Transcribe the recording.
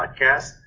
Podcast